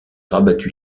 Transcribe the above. rabattu